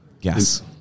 Yes